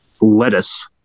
lettuce